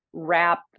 wrap